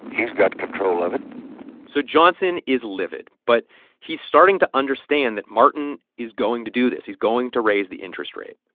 he's got control of it so johnson is livid, but he's starting to understand that martin is going to do this. he's going to raise the interest rate.